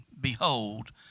behold